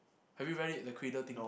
have you read it the cradle thing